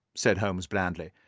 said holmes blandly.